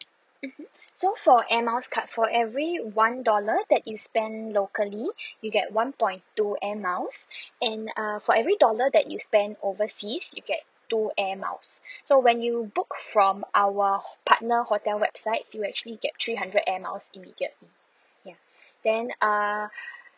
mmhmm so for air miles card for every one dollar that you spend locally you get one point two air miles and err for every dollar that you spent overseas you get two air miles so when you book from our partner hotel website you actually get three hundred air miles immediate ya then err